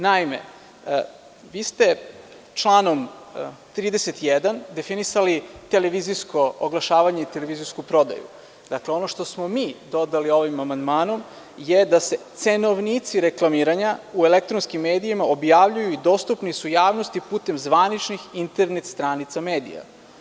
Naime, vi ste članom 31. definisali televizijsko oglašavanje i televizijsku prodaju, dakle ono što smo mi dodali ovim amandmanom je da se cenovnici reklamiranjau elektronskim medijima objavljuju i dostupni su javnosti putem zvaničnih internet stranica medija.